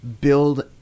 build